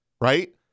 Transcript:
right